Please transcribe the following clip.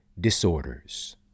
disorders